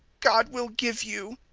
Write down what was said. god will give you.